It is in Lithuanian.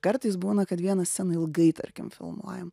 kartais būna kad vieną sceną ilgai tarkim filmuojam